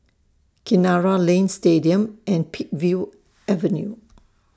Kinara Lane Stadium and Peakville Avenue